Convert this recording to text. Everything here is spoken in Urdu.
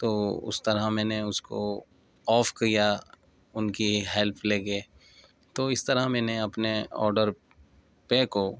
تو اس طرح میں نے اس کو آف کیا ان کی ہیلپ لے کے تو اس طرح میں نے اپنے آڈر پے کو